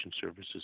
services